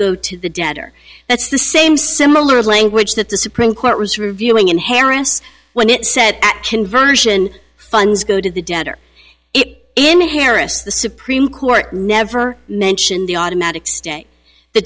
go to the debtor that's the same similar language that the supreme court was reviewing in harris when it said conversion funds go to the debtor in harris the supreme court never mentioned the automatic stay the